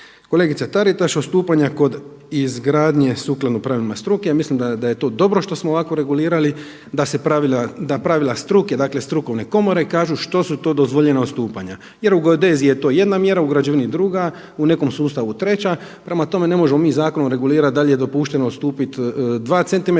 Kolegica Taritaš, od stupanja kod izgradnje sukladno pravilima struke, ja mislim da je to dobro što smo ovako regulirali da se pravila, da pravila struke, dakle strukovne komore kažu što su to dozvoljena odstupanja. Jer u geodeziji je to jedna mjera, u građevini druga, u nekom sustavu treća. Prema tome, ne možemo mi zakonom regulirati da li je dopušteno odstupiti 2 cm